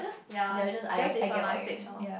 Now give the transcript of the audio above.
ya just different life stage loh